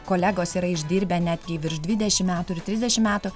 kolegos yra išdirbę netgi virš dvidešim metų ir trisdešim metų